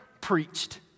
preached